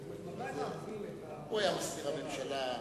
הוא היה מזכיר הממשלה,